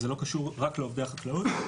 זה לא קשור רק לעובדי החקלאות.